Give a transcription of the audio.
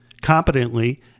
competently